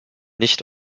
nicht